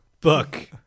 book